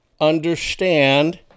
understand